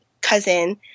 cousin